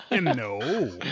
No